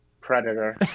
Predator